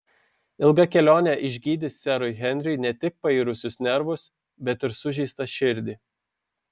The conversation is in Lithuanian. ilga kelionė išgydys serui henriui ne tik pairusius nervus bet ir sužeistą širdį